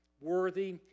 worthy